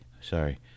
Sorry